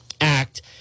act